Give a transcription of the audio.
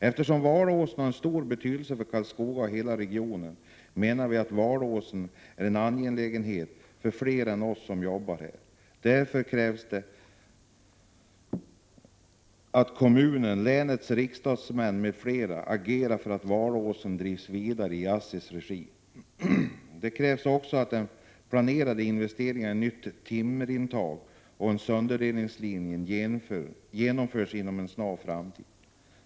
Eftersom Valåsen har stor betydelse för Karlskoga och hela regionen, menar vi att Valåsen är en angelägenhet för fler än oss som jobbar här. Därför krävs det att kommunen, länets riksdagsmän m.fl. agerar för att Valåsen drivs vidare i ASSI:s regi. Det krävs också att de planerade investeringarna i nytt timmerintag och sönderdelningslinje genomförs inom en snar framtid.